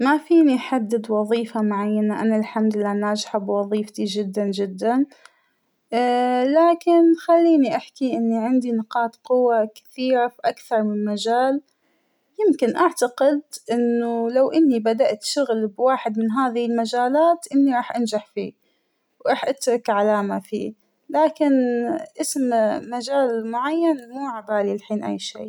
ما فينى احدد وظيفة معينة ، أنا الحمد لله ناجحة بوظيفتى جداً جداً ، لكن خلينى أحكى إنى عندى نقاط قوة كثيرة فى أكثر من مجال ، يمكن أعتقد أنه لو إنى بدأت شغل بواحد من هذه المجالات ، إنى راح أنجح فيه ، وراح أترك علامة فيه ، لكن إسم مجال معين مو عابالى الحين أى شى.